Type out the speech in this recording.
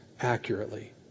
accurately